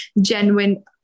genuine